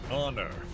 honor